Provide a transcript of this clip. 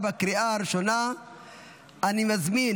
אני קובע